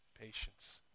patience